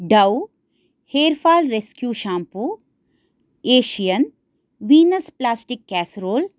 Dove hair fall rescue shampoo Asian Venus plastic casserole